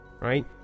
right